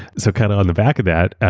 so kind of on the back of that,